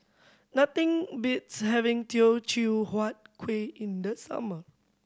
nothing beats having Teochew Huat Kueh in the summer